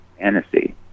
fantasy